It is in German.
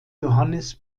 johannes